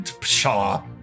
Pshaw